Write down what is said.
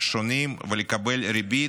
שונים ולקבל ריבית,